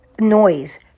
noise